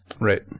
Right